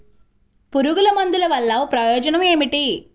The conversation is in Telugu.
పురుగుల మందుల వల్ల ప్రయోజనం ఏమిటీ?